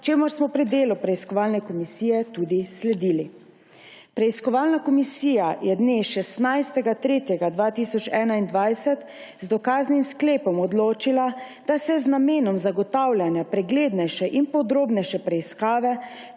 čemur smo pri delu preiskovalne komisije tudi sledili. Preiskovalna komisija je dne 16. 3. 2021 z dokaznim sklepom odločila, da se z namenom zagotavljanja preglednejše in podrobnejše preiskave